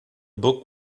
book